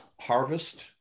harvest